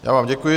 Já vám děkuji.